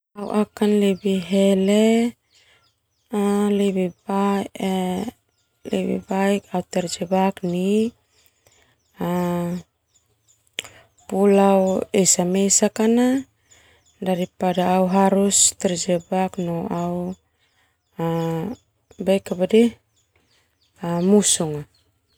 Au lebih hele lebih baik au terjebak nai pulau esa mesak karna daripada au harus terjebak no au musuh.